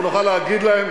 אנחנו נוכל להגיד להם,